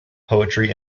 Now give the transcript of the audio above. poetry